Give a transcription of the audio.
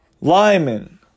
Lyman